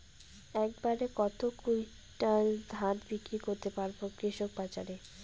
এক বাড়ে কত কুইন্টাল ধান বিক্রি করতে পারবো কৃষক বাজারে?